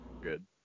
Good